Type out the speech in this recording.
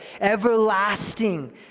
everlasting